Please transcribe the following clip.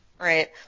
Right